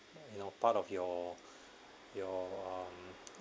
you know part of your your um